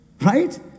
right